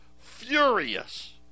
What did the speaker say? furious